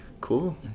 cool